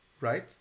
right